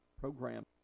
program